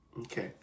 Okay